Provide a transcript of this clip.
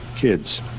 Kids